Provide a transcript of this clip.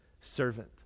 servant